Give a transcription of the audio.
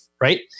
right